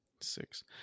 six